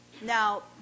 Now